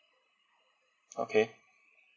okay